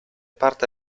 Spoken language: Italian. parte